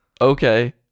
Okay